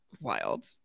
Wild